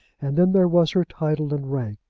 and then there was her title and rank,